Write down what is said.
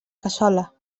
cassola